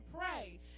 pray